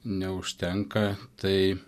neužtenka tai